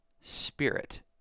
Spirit